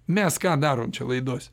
mes ką darom čia laidose